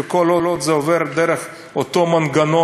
כל עוד זה עובר דרך אותו מנגנון,